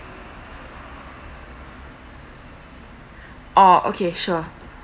orh okay sure